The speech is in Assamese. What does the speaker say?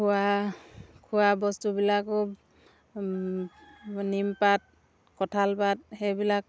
খোৱা খোৱাবস্তুবিলাকো নিম পাত কঁঠাল পাত সেইবিলাক